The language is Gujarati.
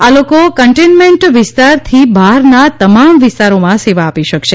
આ લોકો કન્ટેન્ટમેન્ટ વિસ્તારથી બહારના તમામ વિસ્તારોમાં સેવા આપી શકશે